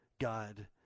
God